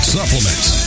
Supplements